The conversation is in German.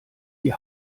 die